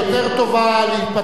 שישראל תתבטל,